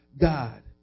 God